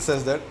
besides that